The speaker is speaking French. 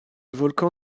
volcan